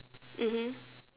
mmhmm